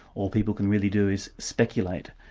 all people can really do is speculate.